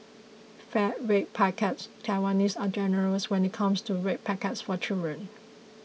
fat red packets Taiwanese are generous when it comes to red packets for children